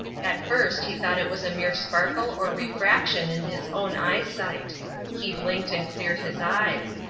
at first he thought it was a mere sparkle or refraction in his own eyesight he blinked and cleared his eyes.